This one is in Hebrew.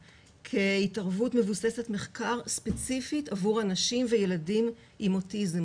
כהתערבות מבוססת מחקר ספציפית עבור ילדים ואנשים עם אוטיזם.